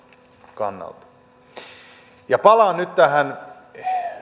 kannalta palaan nyt tähän